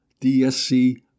dsc